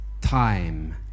time